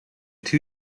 two